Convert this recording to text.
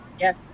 Yes